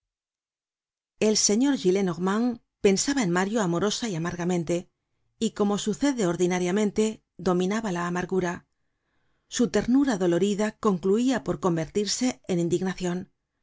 el señor gillenormand pensaba en mario amorosa y amargamente y como sucede ordinariamente dominaba la amargura su ternura dolorida concluia por convertirse en indignacion